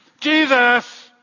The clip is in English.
Jesus